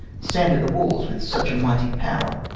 stand at the walls with such a mighty power.